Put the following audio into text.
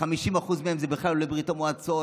50% מהם זה בכלל עולי ברית המועצות,